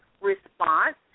response